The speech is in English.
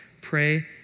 Pray